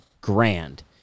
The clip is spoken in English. grand